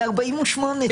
מ-1948.